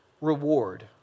reward